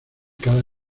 cada